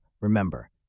remember